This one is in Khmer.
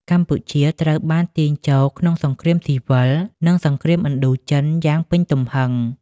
កម្ពុជាត្រូវបានទាញចូលក្នុងសង្គ្រាមស៊ីវិល និងសង្គ្រាមឥណ្ឌូចិនយ៉ាងពេញទំហឹង។